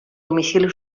domicili